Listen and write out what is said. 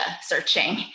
searching